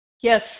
Yes